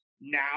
now